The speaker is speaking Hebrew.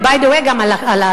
ו-by the way גם על הבנזין,